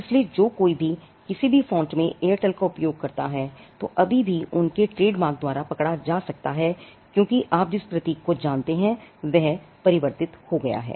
इसलिए जो कोई भी किसी भी फ़ॉन्ट में एयरटेल का उपयोग करता है उसे अभी भी उनके trademark द्वारा पकड़ा जा सकता है लेकिन आप जिस प्रतीक को जानते हैं वह परिवर्तित हो गया है